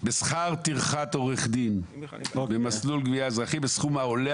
"בשכר טרחת עורך דין במסלול גבייה אזרחי בסכום העולה